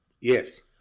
Yes